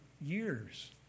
years